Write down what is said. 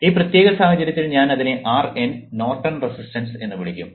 ഈ പ്രത്യേക സാഹചര്യത്തിൽ ഞാൻ അതിനെ RN നോർട്ടൺ റെസിസ്റ്റൻസ് എന്ന് വിളിക്കും